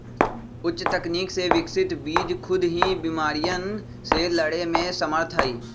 उच्च तकनीक से विकसित बीज खुद ही बिमारियन से लड़े में समर्थ हई